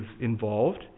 involved